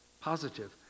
positive